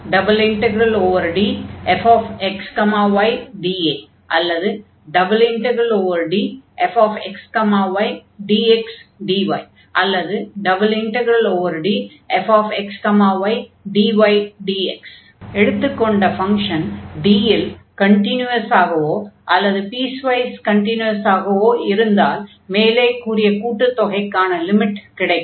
∬DfxydAஅல்லது ∬Dfxydxdy அல்லது∬Dfxydydx எடுத்துக் கொண்ட ஃபங்ஷன் D இல் கன்டினியுவஸாகவோ அல்லது பீஸ்வைஸ் கன்டினியுவஸாகவோ இருந்தால் மேலே கூறிய கூட்டுத் தொகைக்கான லிமிட் கிடைக்கும்